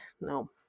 No